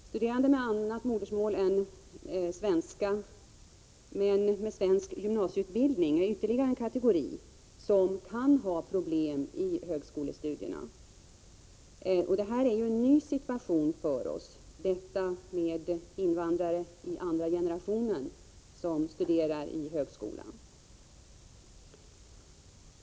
Studerande med annat modersmål än svenska men med svensk gymnasieutbildning är ytterligare en kategori som kan ha problem i högskolestudierna. Detta med invandrare i andra generationen som studerar i högskolan är en ny situation för oss.